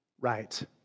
Right